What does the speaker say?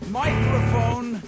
microphone